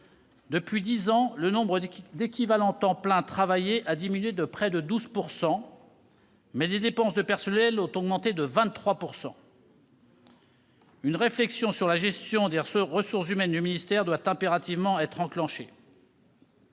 Depuis dix ans, le nombre d'équivalents temps plein travaillé a diminué de près de 12 %, mais les dépenses de personnel ont augmenté de 23 %. Une réflexion sur la gestion des ressources humaines du ministère doit impérativement être enclenchée.